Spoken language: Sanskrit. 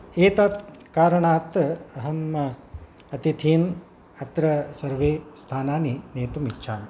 एतत् कारणात् अहम् अतिथीन् अत्र सर्वस्थानानि नेतुम् इच्छामि